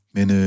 Men